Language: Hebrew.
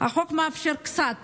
החוק מאפשר קצת